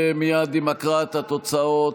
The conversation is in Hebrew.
מייד עם הקראת התוצאות,